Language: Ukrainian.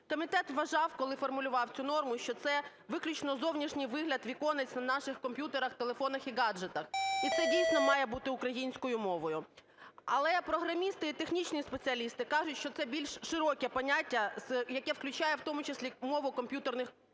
Комітет вважав, коли формулював цю норму, що це виключно зовнішній вигляд віконець на наших комп'ютерах, телефонах і гаджетах. І це дійсно має бути українською мовою. Але програмісти і технічні спеціалісти кажуть, що це більш широке поняття, яке включає в тому числі мову комп'ютерних